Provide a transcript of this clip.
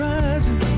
Rising